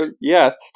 Yes